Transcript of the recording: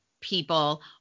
people